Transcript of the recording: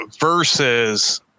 versus